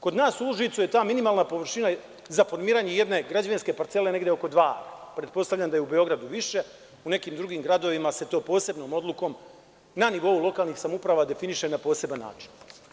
Kod nas u Užicu je ta minimalna površina za formiranje jedne građevinske parcele negde oko dva ara, pretpostavljam da je u Beogradu više, u nekim drugim gradovima se to posebnom odlukom na nivou lokalnih samouprava definiše na poseban način.